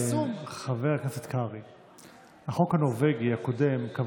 להצעת החוק הוגשו הסתייגויות ולא הוגשו בקשות רשות דיבור.